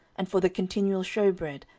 and for the continual shewbread,